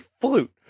flute